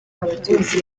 abatutsi